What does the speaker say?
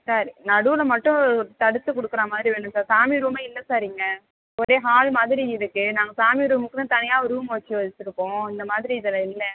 sir நடுவில் மட்டும் தடுத்துக் கொடுக்குற மாதிரி வேணும் சார் சாமி ரூமே இல்லை சார் இங்கே ஒரே ஹால் மாதிரி இருக்குது நாங்கள் சாமி ரூமுக்குனு தனியாக ஒரு ரூமு வச்சு வச்சுருக்கோம் அந்த மாதிரி இதில் இல்லை